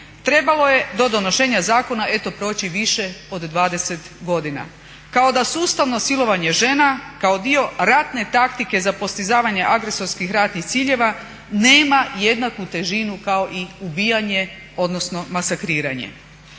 trebalo je do donošenja zakona proći više od 20 godina. kao da sustavno silovanje žena kao dio ratne taktike za postizavanje agresorskih ratnih ciljeva nema jednaku težinu kao i ubijanje odnosno masakriranje.